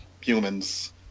humans